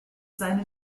seine